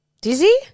Dizzy